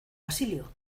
basilio